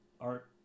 art